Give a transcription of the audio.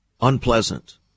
unpleasant